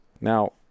now